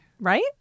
Right